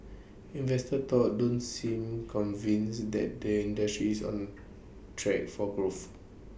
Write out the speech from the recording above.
investors though don't seem convinced that the industry is on track for growth